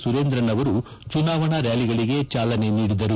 ಸುರೇಂದ್ರನ್ ಅವರು ಜುನಾವಣಾ ರ್್ಯಾಲಿಗಳಿಗೆ ಜಾಲನೆ ನೀಡಿದರು